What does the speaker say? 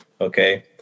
okay